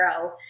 grow